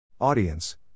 Audience